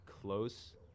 close